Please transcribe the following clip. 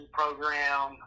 program